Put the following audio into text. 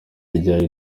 ryari